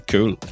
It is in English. Cool